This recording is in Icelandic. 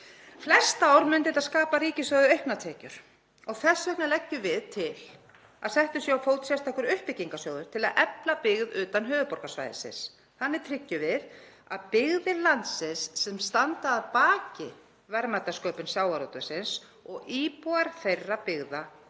Flest ár myndi þetta skapa ríkissjóði auknar tekjur og þess vegna leggjum við til að settur sé á fót sérstakur uppbyggingarsjóður til að efla byggð utan höfuðborgarsvæðisins. Þannig tryggjum við að byggðir landsins sem standa að baki verðmætasköpun sjávarútvegsins og íbúar þeirra byggða